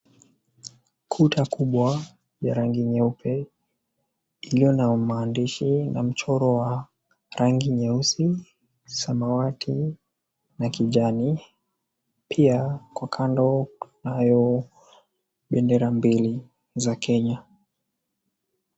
Kuta kubwa ya rangi nyeupe iliyo na maandishi na mchoro wa rangi nyeusi, samawati na kijani. Pia kwa kando kunayo bendera mbili za Kenya.